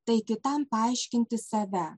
tai kitam paaiškinti save